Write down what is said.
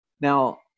now